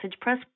press